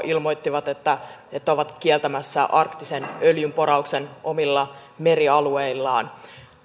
ilmoittivat että että ovat kieltämässä arktisen öljynporauksen omilla merialueillaan